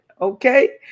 Okay